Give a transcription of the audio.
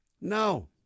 No